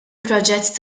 proġett